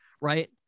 right